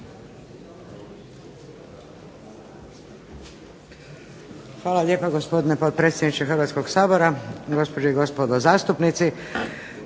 Hvala lijepa, gospodine potpredsjedniče Hrvatskoga sabora. Gospođe i gospodo zastupnici.